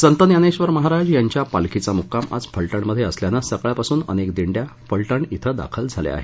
संत ज्ञानेक्षर महाराज यांच्या पालखीचा मुक्काम आज फलटणमधे असल्यानं सकाळपासुन अनेक दिंड्या फलटण येथे दाखल झाल्या आहेत